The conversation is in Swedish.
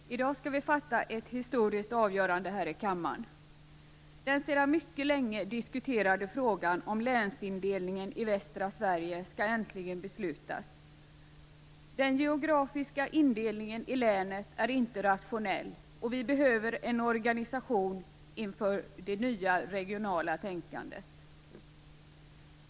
Herr talman! I dag skall vi fatta ett historiskt avgörande här i kammaren. Den sedan mycket länge diskuterade frågan om länsindelningen i västra Sverige skall äntligen beslutas. Den geografiska indelningen i länet är inte rationell, och vi behöver en organisation inför det nya regionala tänkandet.